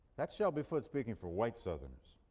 that's shelby foote speaking for white southerners.